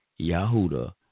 Yahuda